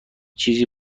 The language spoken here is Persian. چیزی